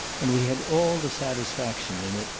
and we had all the satisfaction in it,